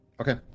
Okay